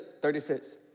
36